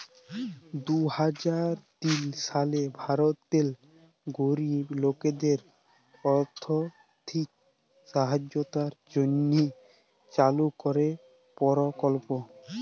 দু হাজার তিল সালে ভারতেল্লে গরিব লকদের আথ্থিক সহায়তার জ্যনহে চালু করা পরকল্প